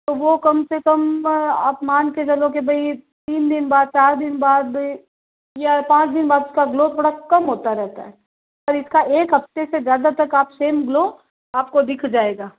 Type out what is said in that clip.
तो वो कम से कम आप मान के चलो कि भई तीन दिन बाद चार दिन बाद या पाँच दिन बाद उसका ग्लो थोड़ा कम होता रहता है इसका एक हफ्ते से ज़्यादा तक सेम ग्लो आपको दिख जाएगा